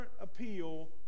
appeal